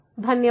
धन्यवाद